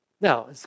Now